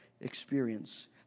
experience